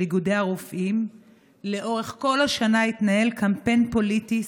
איגודי הרופאים התקיים לאורך כל השנה קמפיין פוליטי,